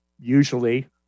usually